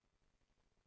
לערבים.